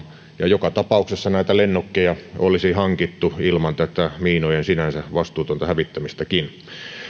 ja joka tapauksessa näitä lennokkeja olisi hankittu ilman tätä miinojen sinänsä vastuutonta hävittämistäkin